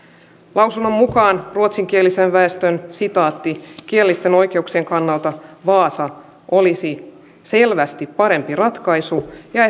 lausunnon mukaan ruotsinkielisen väestön kielellisten oikeuksien kannalta vaasa olisi selvästi parempi ratkaisu ja